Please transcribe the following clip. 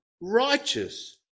righteous